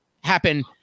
happen